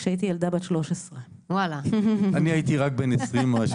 כשהייתי ילדה בת 13. אני הייתי רק בן 19 או 20,